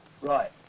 right